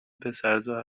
پسرزا